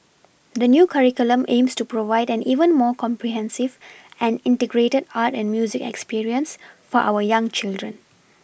the new curriculum aims to provide an even more comprehensive and Integrated art and music experience for our young children